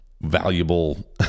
valuable